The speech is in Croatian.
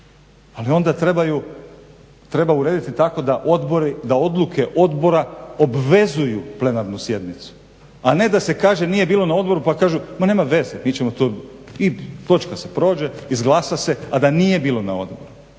ali onda treba urediti tako da odluke odbora obvezuju plenarnu sjednicu, a ne da se kaže nije bilo na odboru pa kažu ma nema veze mi ćemo to i točka se prođe, izglasa se, a da nije bilo na odboru.